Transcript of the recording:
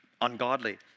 ungodly